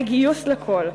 הגיוס לכול.